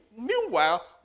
Meanwhile